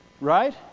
Right